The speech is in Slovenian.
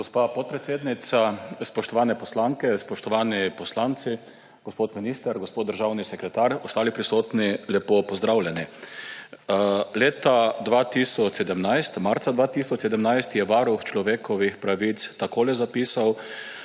Gospa podpredsednica, spoštovane poslanke, spoštovani poslanci, gospod minister, gospod državni sekretar, ostali prisotni, lepo pozdravljeni! Marca 2017 je Varuh človekovih pravic takole zapisal